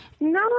No